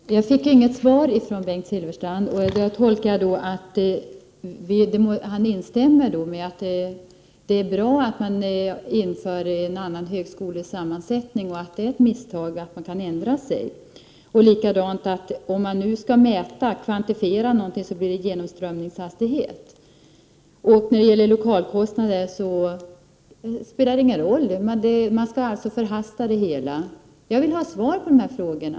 Herr talman! Jag fick inget svar från Bengt Silfverstrand. Jag tolkar detta som att han instämmer i att det är bra att man inför en annan högskolesammansättning och i att det är ett misstag att man kan få ändra sig. Dessutom: Om man skall mäta och kvantifiera något så är det genomströmningshastigheten. Lokalkostnaderna spelar ingen roll. Man skall alltså förhasta det hela. Jag vill ha svar på de här punkterna.